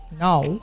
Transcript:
now